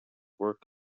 work